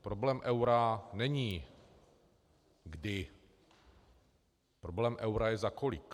Problém eura není kdy, problém eura je za kolik.